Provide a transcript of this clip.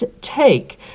take